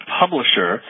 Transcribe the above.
publisher